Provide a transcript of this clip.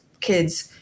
kids